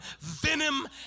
venom